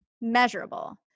Measurable